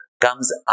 comes